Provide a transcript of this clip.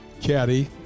caddy